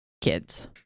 kids